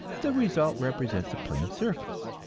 the result represents a plain surface,